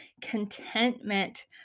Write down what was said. contentment